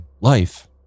life